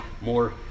more